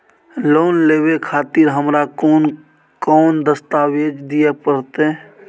Loan लेवे खातिर हमरा कोन कौन दस्तावेज दिय परतै?